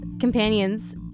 companions